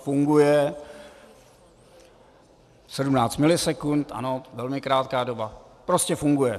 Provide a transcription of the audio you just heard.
Funguje, 17 milisekund, ano, velmi krátká doba, prostě funguje.